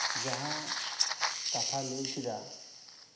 ᱡᱟᱦᱟᱸ ᱠᱟᱛᱷᱟ ᱞᱟᱹᱭ ᱠᱮᱫᱟ